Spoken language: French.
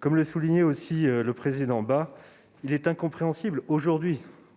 Comme l'a souligné Philippe Bas, il est incompréhensible aujourd'hui